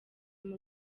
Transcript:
muri